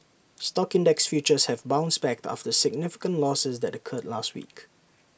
stock index futures have bounced back after significant losses that occurred last week